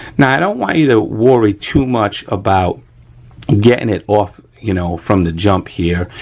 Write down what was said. now i don't want you to worry too much about getting it off, you know, from the jump here,